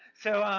so,